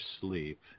Sleep